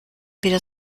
wieder